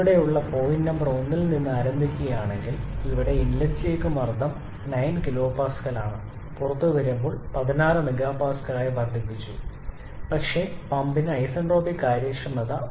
ഇവിടെയുള്ള point number 1 ൽ നിന്ന് ആരംഭിക്കുകയാണെങ്കിൽ ഇവിടെ ഇൻലെറ്റിലേക്ക് മർദ്ദം 9 kPa ആണ് പുറത്തുകടക്കുമ്പോൾ അത് 16 MPa ആയി വർദ്ധിപ്പിച്ചു പക്ഷേ പമ്പിന് ഐസന്റ്രോപിക് കാര്യക്ഷമത 0